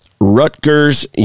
Rutgers